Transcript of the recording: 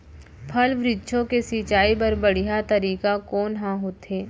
फल, वृक्षों के सिंचाई बर बढ़िया तरीका कोन ह होथे?